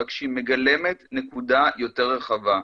רק שהיא מגלמת נקודה יותר רחבה.